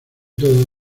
todo